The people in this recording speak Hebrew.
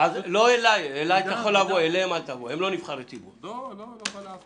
הם לא נבחרי ציבור, אליי אתה יכול לבוא בטענות.